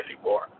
anymore